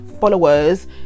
followers